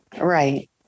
Right